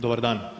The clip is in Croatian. Dobar dan.